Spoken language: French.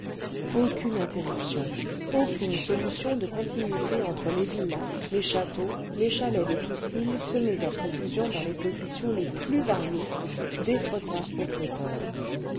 aucune interruption aucune solution de continuité entre les villas les châteaux les chalets de tout style semés à profusion dans les positions les plus variées d'étretat au tréport